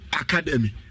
academy